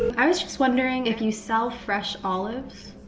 i was just wondering if you sell fresh olives.